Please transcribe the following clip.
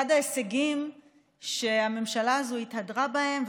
אחד ההישגים שהממשלה הזו התהדרה בהם,